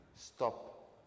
stop